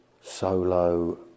solo